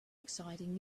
exciting